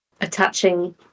attaching